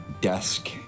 desk